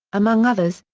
among others,